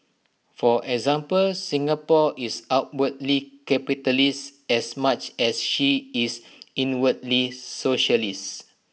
for example Singapore is outwardly capitalist as much as she is inwardly socialists